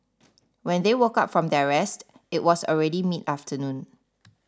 when they woke up from their rest it was already midafternoon